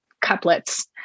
couplets